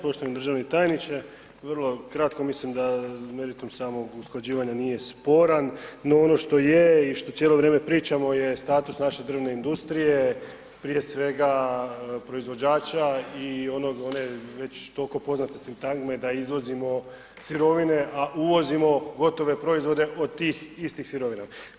Poštovani državni tajniče, vrlo kratko, mislim da meritum samog usklađivanja nije sporan, no ono što je i što cijelo vrijeme pričamo je status naše drvne industrije, prije svega proizvođača i onog, one već tolko poznate sintagme da izvozimo sirovine, a uvozimo gotove proizvode od tih istih sirovina.